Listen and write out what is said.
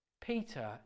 Peter